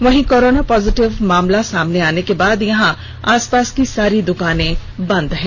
वहीं corona positive मामला सामने आने के बाद यहां आसपास की सारी दुकाने बंद हैं